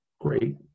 Great